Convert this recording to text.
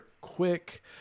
quick